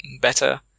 better